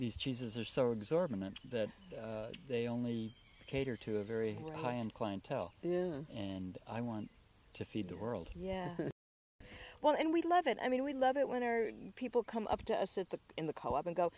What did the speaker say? these cheeses are so exorbitant that they only cater to a very high end clientele and i want to feed the world yeah well and we love it i mean we love it when people come up to us at the in the co op and go